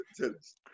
Tennis